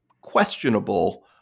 questionable